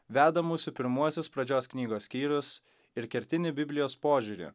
vedamus į pirmuosius pradžios knygos skyrius ir kertinį biblijos požiūrį